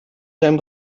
zijn